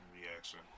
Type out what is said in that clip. reaction